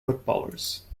footballers